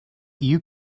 you